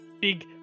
big